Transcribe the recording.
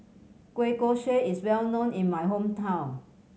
kueh kosui is well known in my hometown